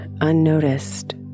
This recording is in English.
unnoticed